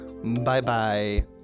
Bye-bye